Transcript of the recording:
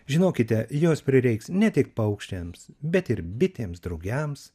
žinokite jos prireiks ne tik paukščiams bet ir bitėms drugiams